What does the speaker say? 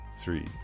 three